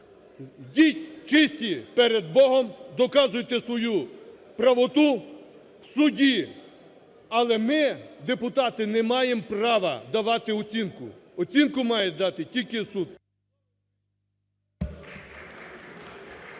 Йдіть чисті перед Богом, доказуйте свою правоту в суді, але ми депутати не маємо права давати оцінку. Оцінку має дати тільки суд. ГОЛОВУЮЧИЙ.